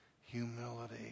humility